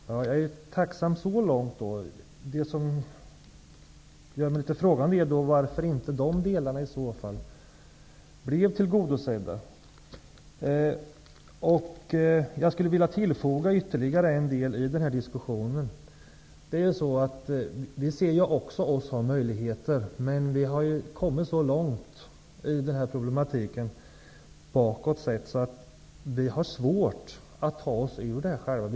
Herr talman! Jag är tacksam så långt. Det som gör mig litet frågande är varför de delarna i så fall inte blev tillgodosedda. Jag skulle vilja tillfoga ytterligare en del i denna diskussion. Vi ser också möjligheterna, men vi har kommit så långt bakåt att vi har svårt att ta oss ur detta själva.